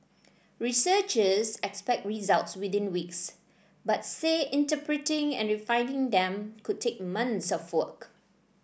researchers expect results within weeks but say interpreting and refining them could take months of work